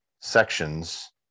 sections